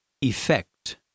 effect